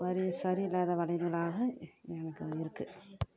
ஒரு மாதிரி சரியில்லாத வளையல்களாக எனக்கு வந்திருக்குது